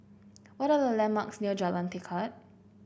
what are the landmarks near Jalan Tekad